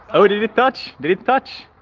oh. did it touch? did it touch?